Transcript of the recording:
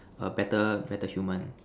a better better human